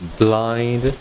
blind